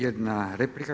Jedna replika.